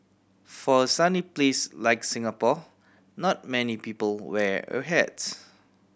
for a sunny place like Singapore not many people wear a hats